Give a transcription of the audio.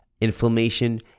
Inflammation